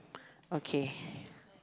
okay